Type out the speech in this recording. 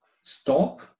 stop